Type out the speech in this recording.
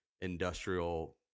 industrial